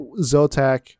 Zotac